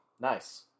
Nice